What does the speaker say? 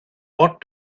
what